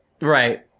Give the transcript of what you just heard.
right